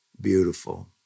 Beautiful